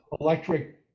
electric